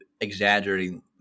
exaggerating